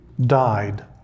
died